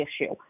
issue